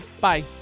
Bye